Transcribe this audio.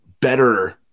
better